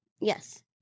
Yes